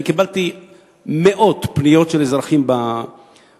אני קיבלתי מאות פניות של אזרחים באינטרנט,